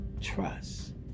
trust